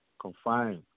Confined